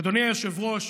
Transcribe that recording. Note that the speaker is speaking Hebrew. אדוני היושב-ראש,